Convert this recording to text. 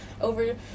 over